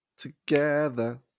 Together